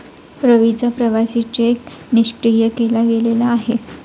रवीचा प्रवासी चेक निष्क्रिय केला गेलेला आहे